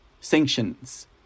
sanctions